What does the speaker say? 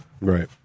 Right